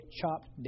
chopped